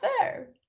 fair